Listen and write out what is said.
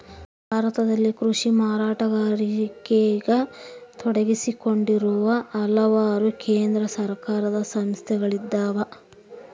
ಭಾರತದಲ್ಲಿ ಕೃಷಿ ಮಾರಾಟಗಾರಿಕೆಗ ತೊಡಗಿಸಿಕೊಂಡಿರುವ ಹಲವಾರು ಕೇಂದ್ರ ಸರ್ಕಾರದ ಸಂಸ್ಥೆಗಳಿದ್ದಾವ